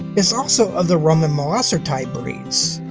is also of the roman mollosser-type breeds.